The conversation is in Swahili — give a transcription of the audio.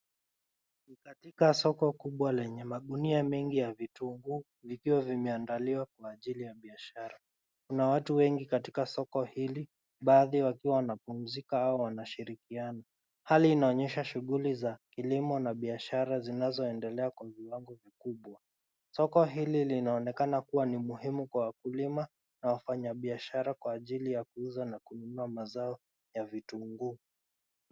Katika soko kubwa lenye magunia mengi ya vitunguu, vikiwa vimeandaliwa kwa ajili ya biashara. Kuna watu wengi katika soko hili, baadhi wakiwa wanapumzika au wanashirikiana. Hali hii inaonyesha shughuli za kilimo na biashara zinazoendelea kwa viwango vikubwa. Soko hili linaonekana kuwa ni muhimu kwa wakulima na wafanyabiashara kwa ajili ya kuuza na kununua mazao ya vitunguu.